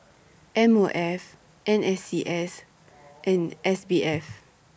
M O F N S C S and S B F